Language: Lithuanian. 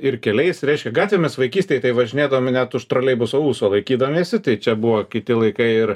ir keliais reiškia gatvėmis vaikystėj važinėdami net už troleibuso ūso laikydamiesi tai čia buvo kiti laikai ir